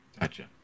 Gotcha